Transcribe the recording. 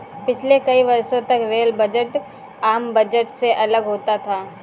पिछले कई वर्षों तक रेल बजट आम बजट से अलग होता था